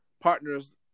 partners